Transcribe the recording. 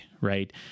right